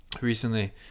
Recently